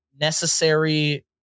necessary